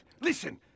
Listen